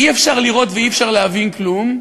אין אפשרות לראות ואין אפשרות להבין כלום,